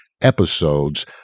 episodes